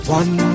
one